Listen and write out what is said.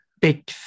big